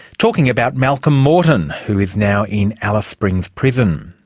talking about malcolm morton, who is now in alice springs prison.